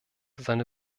seine